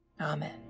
Amen